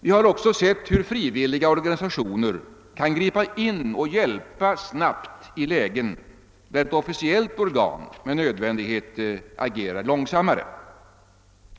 Vi har också sett hur frivilliga organisationer kan gripa in och hjälpa snabbt i lägen där ett officiellt organ med nödvändighet agerar långsammare.